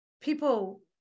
people